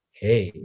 hey